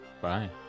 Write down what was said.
Bye